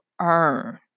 earn